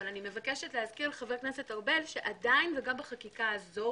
אבל אני מבקשת להזכיר לחבר הכנסת ארבל שעדיין וגם בחקיקה הזאת